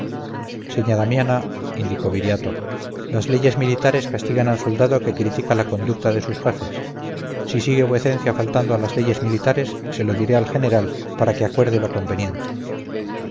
señá damiana indicó viriato las leyes militares castigan al soldado que critica la conducta de sus jefes si sigue vuecencia faltando a las leyes militares se lo diré al general para que acuerde lo conveniente